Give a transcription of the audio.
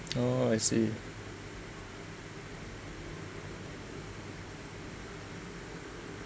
oh I see